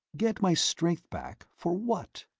get my strength back for what?